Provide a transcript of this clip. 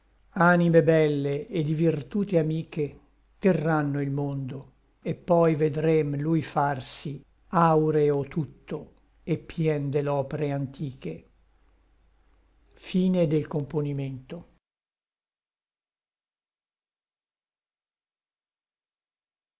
anime belle et di virtute amiche terranno il mondo et poi vedrem lui farsi auro tutto et pien de l'opre antiche